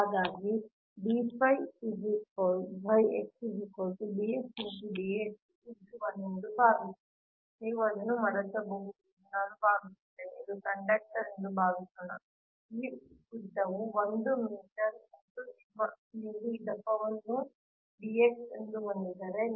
ಹಾಗಾಗಿ ಎಂದು ಭಾವಿಸಿ ನೀವು ಅದನ್ನು ಮಡಚಬಹುದು ಎಂದು ನಾನು ಭಾವಿಸುತ್ತೇನೆ ಇದು ಕಂಡಕ್ಟರ್ ಎಂದು ಭಾವಿಸೋಣ ಈ ಉದ್ದವು 1 ಮೀಟರ್ ಮತ್ತು ನೀವು ಈ ದಪ್ಪವನ್ನು ಹೊಂದಿದ್ದರೆ dx